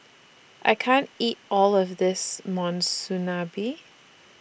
I can't eat All of This Monsunabe